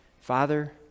Father